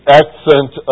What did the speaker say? accent